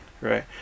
right